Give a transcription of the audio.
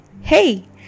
hey